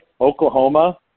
Oklahoma